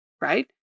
right